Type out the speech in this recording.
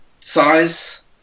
size